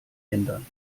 ändern